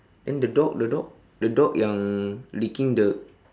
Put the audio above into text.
then the dog the dog the dog yang licking the